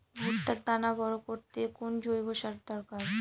ভুট্টার দানা বড় করতে কোন জৈব সারের দরকার?